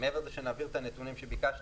- מעבר לזה שנעביר את הנתונים שביקשתם,